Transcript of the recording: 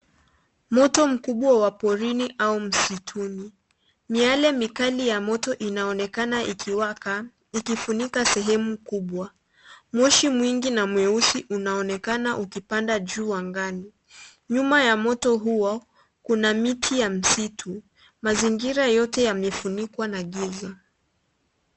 Moto mkubwa wa porini au msituni. Miale mikubwa ya moto inaonekana ikiwaka ikifunika sehemu kubwa. Moshi mwingi na mweusi unaonekana ukipanda juu angani. Nyuma ya moto huo kuna miti ya msitu. Mazingira yote yamefunikwa na giza.